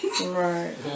Right